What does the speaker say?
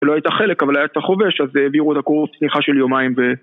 ולא הייתה חלק, אבל הייתה קצת חובש, אז העבירו אותה קורס צניחה של יומיים ו...